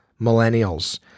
millennials